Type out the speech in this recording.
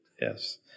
Yes